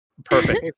Perfect